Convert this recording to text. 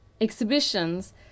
exhibitions